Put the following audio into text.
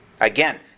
Again